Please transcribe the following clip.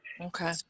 Okay